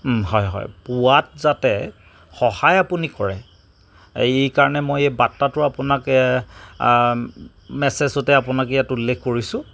হয় হয় পোৱাত যাতে সহায় আপুনি কৰে এই কাৰণে মই বাৰ্তাটো আপোনাক মেচেজতে আপোনাক উল্লেখ কৰিছোঁ